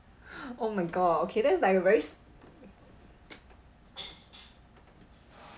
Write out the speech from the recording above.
oh my god okay that's like a very